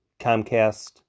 Comcast